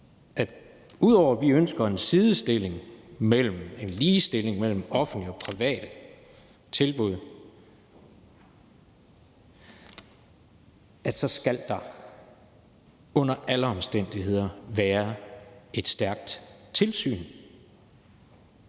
at ud over at vi ønsker en ligestilling mellem offentlige og private tilbud, så skal der under alle omstændigheder være et stærkt tilsyn.